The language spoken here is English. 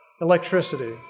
electricity